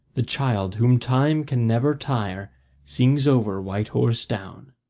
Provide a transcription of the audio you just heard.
the child whom time can never tire sings over white horse down.